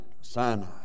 Sinai